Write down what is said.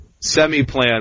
semi-plan